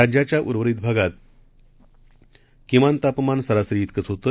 राज्याच्या उर्वरित भागात किमान तापमान सरासरी त्रिकच होतं